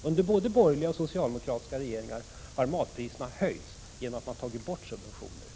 Under både borgerliga och socialdemokratiska regeringar har matpriserna höjts genom att man har tagit bort subventioner.